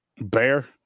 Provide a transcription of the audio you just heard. Bear